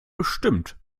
bestimmt